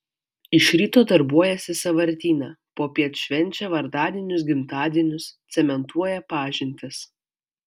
iš ryto darbuojasi sąvartyne popiet švenčia vardadienius gimtadienius cementuoja pažintis